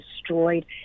destroyed